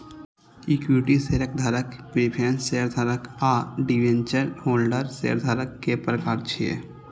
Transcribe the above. equity शेयरधारक, preference शेयरधारक आ डिवेंचर होल्डर शेयरधारक के प्रकार छियै